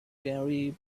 gary